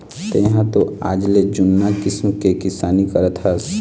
तेंहा तो आजले जुन्ना किसम के किसानी करत हस